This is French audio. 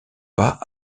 pas